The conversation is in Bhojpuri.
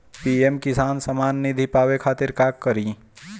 पी.एम किसान समान निधी पावे खातिर का करी?